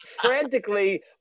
frantically